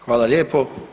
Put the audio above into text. Hvala lijepo.